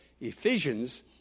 Ephesians